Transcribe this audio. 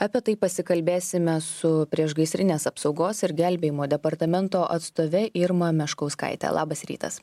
apie tai pasikalbėsime su priešgaisrinės apsaugos ir gelbėjimo departamento atstove irma meškauskaite labas rytas